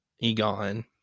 Egon